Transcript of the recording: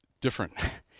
different